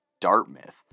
Dartmouth